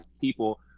people